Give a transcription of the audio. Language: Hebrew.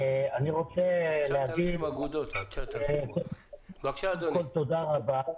אני רוצה להגיד, קודם כול, תודה רבה.